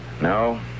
No